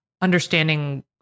understanding